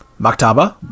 Maktaba